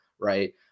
right